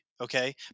okay